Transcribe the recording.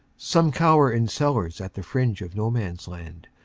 some cower in cellars at the fringe of no man's land.